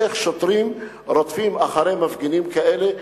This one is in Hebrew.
איך שוטרים רודפים אחרי מפגינים כאלה,